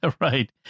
Right